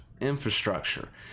infrastructure